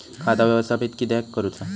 खाता व्यवस्थापित किद्यक करुचा?